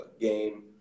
game